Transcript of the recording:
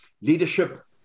leadership